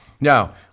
Now